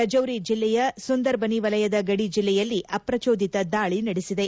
ರಜೌರಿ ಜಿಲ್ಲೆಯ ಸುಂದರ್ಬನಿ ವಲಯದ ಗಡಿ ಜಿಲ್ಲೆಯಲ್ಲಿ ಅಪ್ರಜೋದಿತ ದಾಳಿ ನಡೆಸಿದೆ